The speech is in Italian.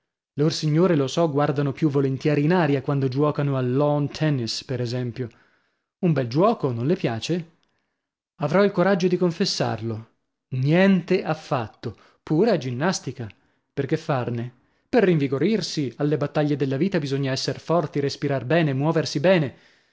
signore lo so guardano più volentieri in aria quando giuocano al lawn tennis per esempio un bel giuoco non le piace avrò il coraggio di confessarlo niente affatto pure è ginnastica per che farne per rinvigorirsi alle battaglie della vita bisogna esser forti respirar bene muoversi bene